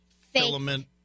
filament